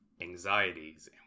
anxieties